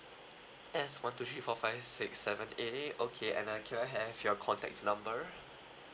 S one two three four five six seven A okay uh can I have your contact number